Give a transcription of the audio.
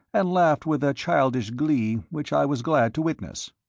and laughed with a childish glee which i was glad to witness.